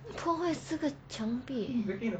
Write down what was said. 破坏四个墙壁